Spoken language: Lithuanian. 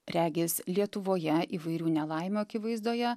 regis lietuvoje įvairių nelaimių akivaizdoje